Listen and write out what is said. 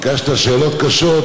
ביקשת שאלות קשות,